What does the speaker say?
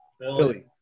Billy